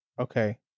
okay